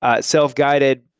self-guided